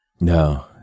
No